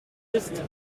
isst